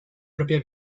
propria